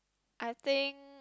I think